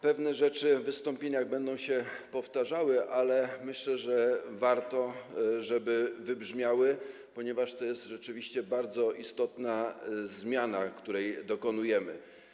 Pewne rzeczy w wystąpieniach będą się powtarzały, ale myślę, że warto, żeby wybrzmiały, ponieważ to jest rzeczywiście bardzo istotna zmiana, której dokonujemy.